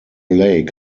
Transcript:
lake